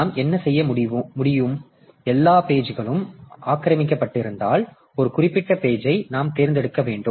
நாம் என்ன செய்ய முடியும் எல்லா பேஜ்களும் ஆக்கிரமிக்கப்பட்டிருந்தால் ஒரு குறிப்பிட்ட பேஜ் ஐ நாம் தேர்ந்தெடுக்க வேண்டும்